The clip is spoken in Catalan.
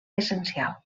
essencial